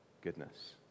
goodness